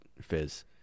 Fizz